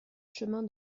chemin